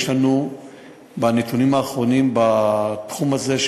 לפי הנתונים האחרונים בתחום הזה,